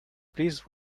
please